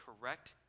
Correct